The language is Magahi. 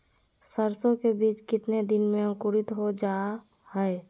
सरसो के बीज कितने दिन में अंकुरीत हो जा हाय?